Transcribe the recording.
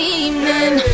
evening